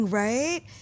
right